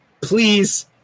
please